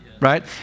right